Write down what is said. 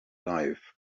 life